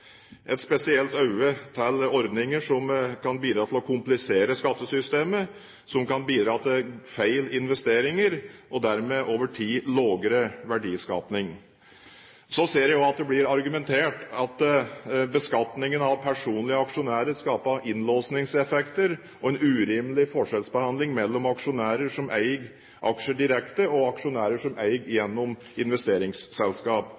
et spesielt øye til ordninger som kan bidra til å komplisere skattesystemet, og som kan bidra til feil investeringer og dermed over tid lavere verdiskaping. Jeg ser også at det blir argumentert med at beskatningen av personlige aksjonærer skaper innlåsningseffekter og en urimelig forskjellsbehandling mellom aksjonærer som eier aksjer direkte, og aksjonærer som eier